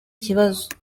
kibazo